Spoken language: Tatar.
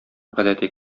гадәти